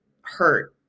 hurt